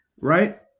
right